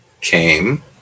came